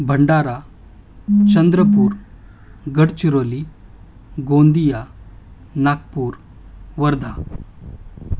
Bhandara Chandrapur Gadchiroli Gondia Nagpur Wardha